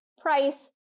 price